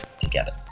together